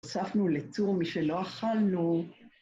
‫הוספנו לטור מי שלא אכלנו.